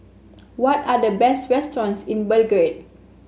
what are the best restaurants in Belgrade